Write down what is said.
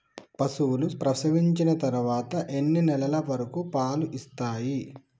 పశువులు ప్రసవించిన తర్వాత ఎన్ని నెలల వరకు పాలు ఇస్తాయి?